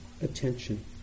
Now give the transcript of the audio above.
attention